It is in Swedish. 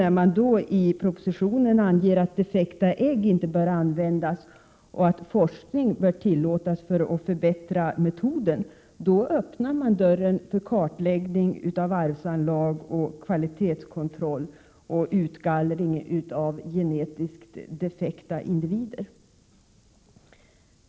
När man i propositionen anger att defekta ägg inte bör användas och att forskning bör tillåtas för att förbättra befruktningsmetoden, öppnar man dörren för kartläggning av arvsanlag, kvalitetskontroll och utgallring av genetiskt defekta individer.